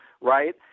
right